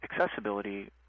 accessibility